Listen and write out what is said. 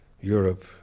Europe